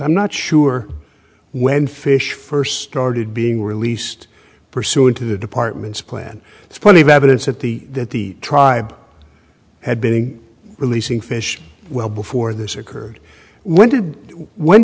i'm not sure when fish first started being released pursuant to the department's plan it's plenty of evidence that the that the tribe had been releasing fish well before this occurred when did when